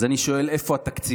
אז אני שואל: איפה התקציבים?